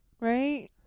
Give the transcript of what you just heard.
right